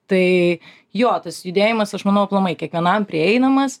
tai jo tas judėjimas aš manau aplamai kiekvienam prieinamas